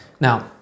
Now